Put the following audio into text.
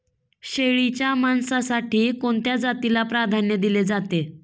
शेळीच्या मांसासाठी कोणत्या जातीला प्राधान्य दिले जाते?